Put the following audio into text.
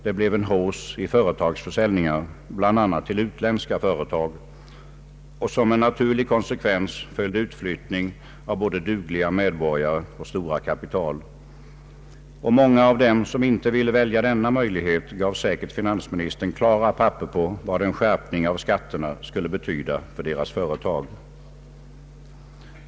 Det blev en hausse i företagsförsäljningar, bl.a. till utländska företag, och som en naturlig konsekvens följde utflyttning av både dugliga medborgare och stora kapital. Många av dem som inte ville välja denna möjlighet gav säkert finans ministern klara papper på vad en skärpning av skatterna skulle betyda för deras företag.